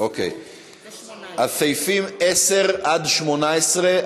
סעיפים 10 18,